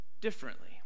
differently